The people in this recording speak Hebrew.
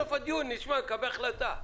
בסוף הדיון נקבל החלטה.